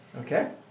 Okay